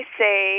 say